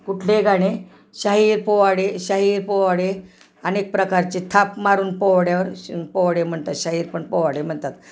कुठलेही गाणे शाहीर पोवाडे शाहीर पोवाडे अनेक प्रकारचे थाप मारून पोवाड्यावर श पोवाडे म्हणतात शहीर पण पोवाडे म्हणतात